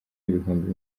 ibihumbi